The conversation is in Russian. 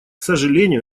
сожалению